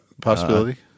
possibility